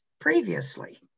previously